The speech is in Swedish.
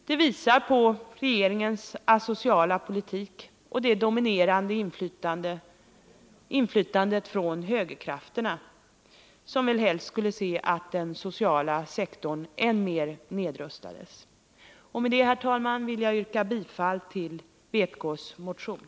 Det visar på regeringens asociala politik och det dominerande inflytandet från högerkrafterna, som väl helst skulle se att den sociala sektorn än mer nedrustades. Herr talman! Med det vill jag yrka bifall till vpk-motionen.